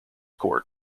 court